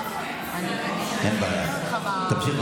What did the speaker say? אנחנו מתנגדים, תמשיך,